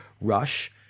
Rush